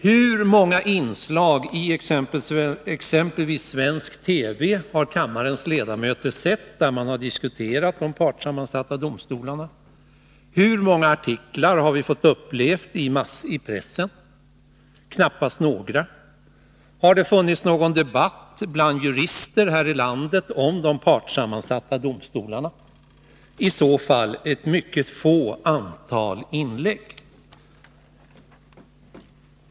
Hur många inslag i exempelvis svensk TV har kammarens ledamöter sett där man diskuterat de partssammansatta domstolarna? Hur många artiklar har vi fått uppleva i pressen? Knappast några. Har det funnits någon debatt bland jurister här i landet om de partssammansatta domstolarna? I så fall ett mycket litet antal inlägg.